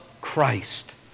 Christ